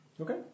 Okay